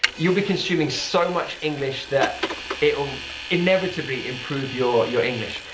you'll be consuming so much english that it will inevitably improve your your english.